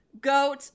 GOAT